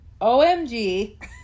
OMG